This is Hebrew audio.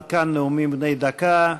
עד כאן נאומים בני דקה.